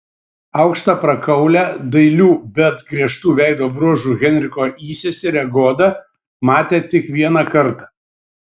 aukštą prakaulią dailių bet griežtų veido bruožų henriko įseserę goda matė tik vieną kartą